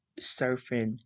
surfing